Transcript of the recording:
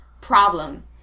problem